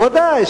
בוודאי,